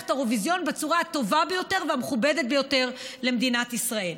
את האירוויזיון בצורה הטובה ביותר והמכובדת ביותר למדינת ישראל.